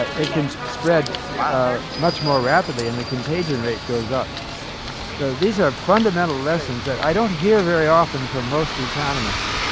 ah it can spread much more rapidly and the contagion rate goes up so these are fundamental lessons that i don't hear very often from most economists.